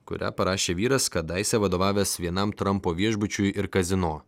kurią parašė vyras kadaise vadovavęs vienam trampo viešbučiui ir kazino